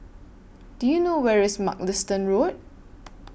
Do YOU know Where IS Mugliston Road